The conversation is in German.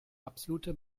absolute